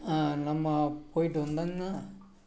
நம்ம போய்ட்டு வந்தேங்கண்ணா